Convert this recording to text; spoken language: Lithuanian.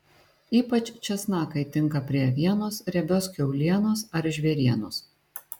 ypač česnakai tinka prie avienos riebios kiaulienos ar žvėrienos